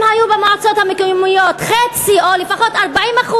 אם היו במועצות המקומיות חצי או לפחות 40%,